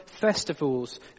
festivals